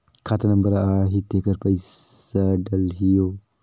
खाता नंबर आही तेकर पइसा डलहीओ?